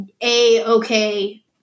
A-okay